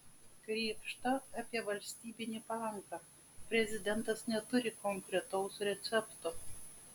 krėpšta apie valstybinį banką prezidentas neturi konkretaus recepto